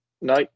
No